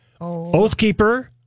Oathkeeper